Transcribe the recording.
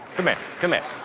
commit commit